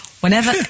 Whenever